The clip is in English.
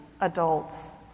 adults